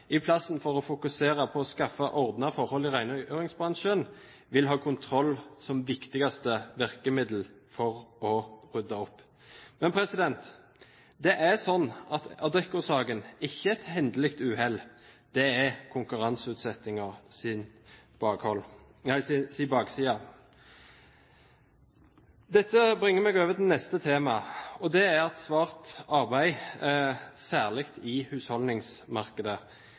i stedet for å fokusere på å skaffe ordnede forhold i rengjøringsbransjen vil ha kontroll som viktigste virkemiddel for å rydde opp. Men Adecco-saken er ikke et hendelig uhell, det er konkurranseutsettingens bakside. Dette bringer meg over til neste tema, og det er svart arbeid, særlig i husholdningsmarkedet.